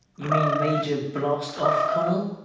you mean major blast-off connel?